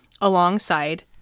alongside